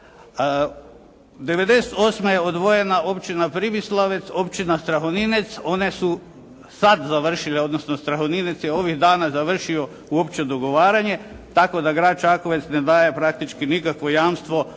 98. je odvojena općina Priblislavec, općina Strahoninec, one su sada završile, odnosno Strahoninec je ovih dana završio uopće dogovaranje, tako da grad Čakovec ne daje praktički nikakvo jamstvo da